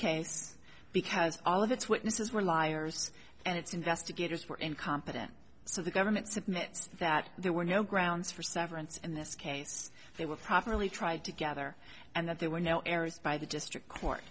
case because all of its witnesses were liars and its investigators were incompetent so the government submit that there were no grounds for severance in this case they were properly tried together and that there were no errors by the district court